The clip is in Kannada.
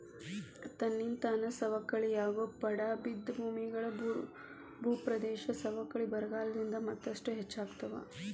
ತನ್ನಿಂತಾನ ಸವಕಳಿಯಾಗೋ ಪಡಾ ಬಿದ್ದ ಭೂಮಿಗಳು, ಭೂಪ್ರದೇಶದ ಸವಕಳಿ ಬರಗಾಲದಿಂದ ಮತ್ತಷ್ಟು ಹೆಚ್ಚಾಗ್ತಾವ